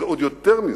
ועוד יותר מזה,